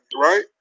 Right